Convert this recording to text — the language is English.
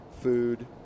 food